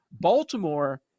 Baltimore